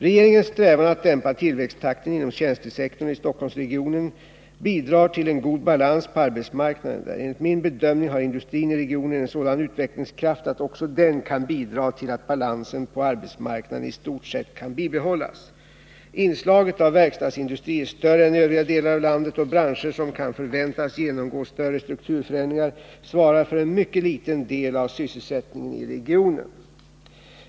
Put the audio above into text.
Regeringens strävan att dämpa tillväxttakten inom tjänstesektorn i Stockholmsregionen bidrar till en god balans på arbetsmarknaden där. Men enligt min bedömning har industrin i regionen en sådan utvecklingskraft att också den kan bidra till att balansen på arbetsmarknaden i stort sett kan bibehållas. Inslaget av verkstadsindustri är större än i övriga delar av landet, och branscher som kan förväntas genomgå större strukturförändringar svarar för en mycket liten del av sysselsättningen i regionen.